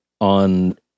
on